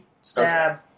Stab